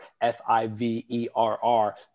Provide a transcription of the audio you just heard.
F-I-V-E-R-R